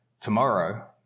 Tomorrow